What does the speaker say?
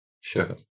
Sure